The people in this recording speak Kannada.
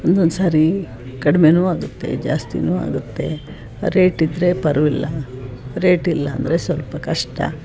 ಒಂದೊಂದು ಸಾರಿ ಕಡಿಮೆನೂ ಆಗುತ್ತೆ ಜಾಸ್ತಿನೂ ಆಗುತ್ತೆ ರೇಟ್ ಇದ್ದರೆ ಪರ್ವಿಲ್ಲ ರೇಟ್ ಇಲ್ಲಾಂದರೆ ಸ್ವಲ್ಪ ಕಷ್ಟ